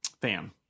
fan